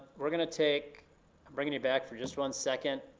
we're gonna take, i'm bringing you back for just one second.